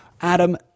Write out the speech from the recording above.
Adam